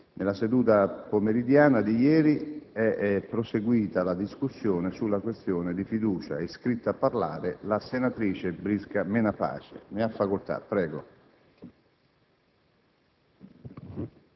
nella seduta pomeridiana di ieri è proseguita la discussione sulla questione di fiducia. È iscritta a parlare la senatrice Brisca Menapace. Ne ha facoltà.